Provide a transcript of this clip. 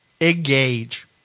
Engage